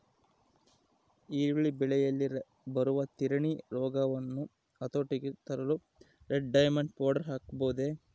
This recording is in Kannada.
ಈರುಳ್ಳಿ ಬೆಳೆಯಲ್ಲಿ ಬರುವ ತಿರಣಿ ರೋಗವನ್ನು ಹತೋಟಿಗೆ ತರಲು ರೆಡ್ ಡೈಮಂಡ್ ಪೌಡರ್ ಹಾಕಬಹುದೇ?